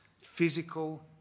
physical